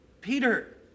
Peter